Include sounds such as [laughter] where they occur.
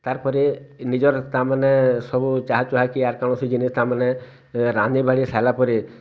ତାର୍ପରେ ନିଜର ତାମାନେ ସବୁ [unintelligible] କୌଣସି ଜିନିଷ୍ ତାମାନେ ରାନ୍ଧି ବାଢ଼ି ସାରିଲା ପରେ